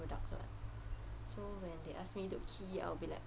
products [what] so when they ask me to key I'll be like